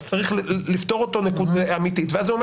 אז צריך לפתור אותו אמיתית ואז זה אומר